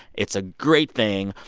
it's a great thing.